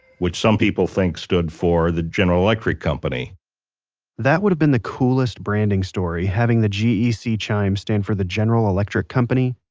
which some people think stood for the general electric company that would have been the coolest branding story having the gec chimes stand for the general electric company,